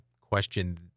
question